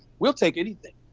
we'll take anything.